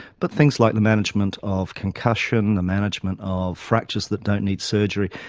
but things like the management of concussion, the management of fractures that don't need surgery.